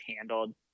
handled